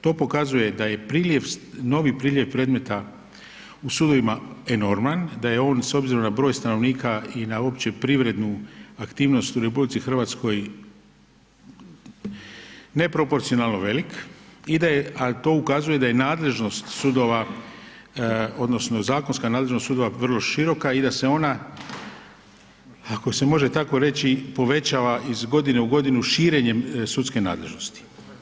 To pokazuje da je novi priljev predmeta u sudovima enorman, da je on s obzirom na broj stanovnika i na uopće privrednu aktivnost u RH neproporcionalno velik a to je ukazuje i da je nadležnost sudova odnosno zakonska nadležnost sudova vrlo široka i da se ona ako se može tako reći, povećava iz godine u godinu širenjem sudske nadležnosti.